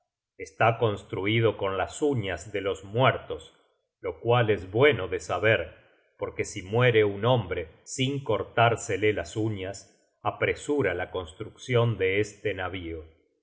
está construido con las uñas de los muertos lo cual es bueno de saber porque si muere un hombre sin cortársele las uñas apresura la construccion de este navío